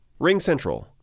RingCentral